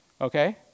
okay